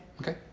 Okay